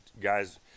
guys